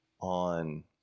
on